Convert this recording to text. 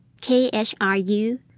K-H-R-U